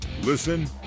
Listen